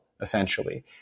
essentially